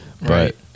Right